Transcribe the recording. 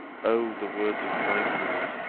o the words of kindness,